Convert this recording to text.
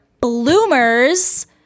bloomers